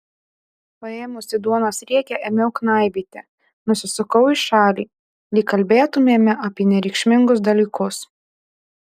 paėmusi duonos riekę ėmiau knaibyti nusisukau į šalį lyg kalbėtumėme apie nereikšmingus dalykus